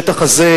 כאשר השטח הזה